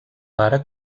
pare